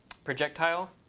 projectile.